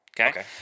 Okay